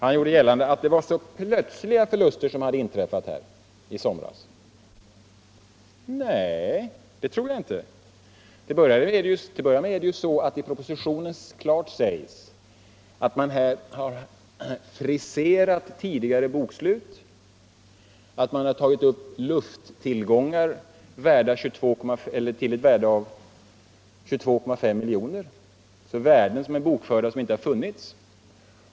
Han gjorde gällande att det var så plötsliga förluster som hade inträffat i somras. Det tror jag inte. Till att börja med sägs klart i propositionen att man här har friserat tidigare bokslut och tagit upp lufttillgångar till ett värde av 22,5 milj.kr. — bokförda värden som inte funnits.